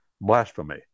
blasphemy